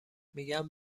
میگم